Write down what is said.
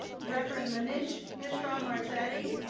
reverend manish mishra-marzetti,